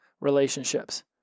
relationships